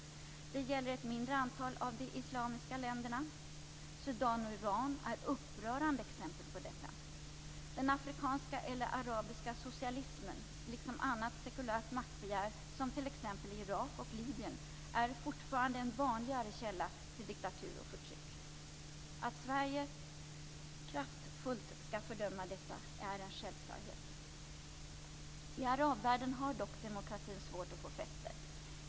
Det gäller ett mindre antal av de islamiska länderna. Sudan och Iran är upprörande exempel på detta. Den afrikanska eller arabiska socialismen, liksom annat sekulärt maktbegär som t.ex. i Irak och Libyen, är fortfarande en vanligare källa till diktatur och förtryck. Det är en självklarhet att Sverige kraftfullt skall fördöma detta. I arabvärlden har dock demokratin svårt att få fäste.